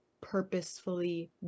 purposefully